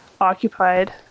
occupied